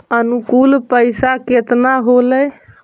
अनुकुल पैसा केतना होलय